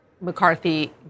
McCarthy